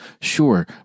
sure